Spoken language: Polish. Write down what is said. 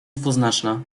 dwuznaczna